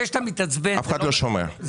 זה שאתה מתעצבן זה לא בסדר.